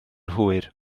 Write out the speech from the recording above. hwyr